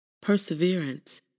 perseverance